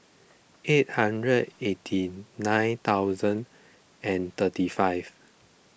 eight hundred eighty nine thousand and thirty five